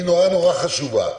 מאוד חשוב.